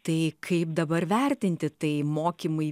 tai kaip dabar vertinti tai mokymai